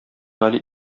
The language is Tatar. гали